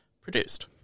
produced